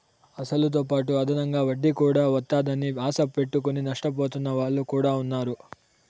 అసలుతోపాటు అదనంగా వడ్డీ కూడా వత్తాదని ఆశ పెట్టుకుని నష్టపోతున్న వాళ్ళు కూడా ఉన్నారు